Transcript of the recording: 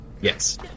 Yes